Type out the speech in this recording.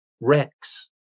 Rex